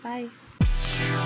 Bye